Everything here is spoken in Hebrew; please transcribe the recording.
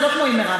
זה לא כמו עם מרב.